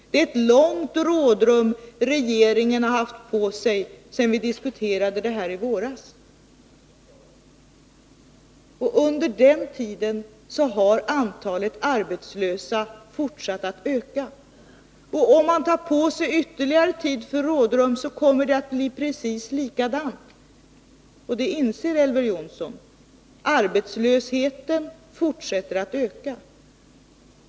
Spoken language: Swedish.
Det är ett långt rådrum regeringen haft på sig sedan vi diskuterade frågan i våras, och under den tiden har antalet arbetslösa fortsatt att öka. Om man tar på sig ytterligare tid för rådrum, kommer det att bli precis likadant, och det inser Elver Jonsson. Arbetslösheten fortsätter att öka.